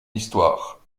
histoire